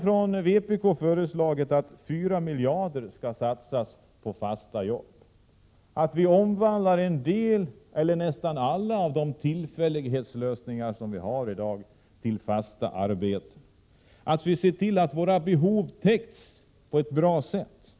Från vpk har vi föreslagit att 4 miljarder skall satsas på fasta jobb, att en del eller nästan alla av de tillfällighetslösningar som vi har i dag skall omvandlas till fasta arbeten och att vi skall se till att våra behov täcks på ett bra sätt, inte Prot.